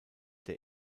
der